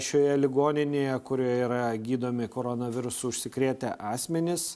šioje ligoninėje kurioje yra gydomi koronavirusu užsikrėtę asmenys